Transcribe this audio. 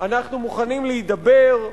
אנחנו מוכנים להידבר,